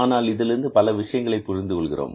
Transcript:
ஆனால் இதிலிருந்து பல விஷயங்களை புரிந்து கொள்கிறோம்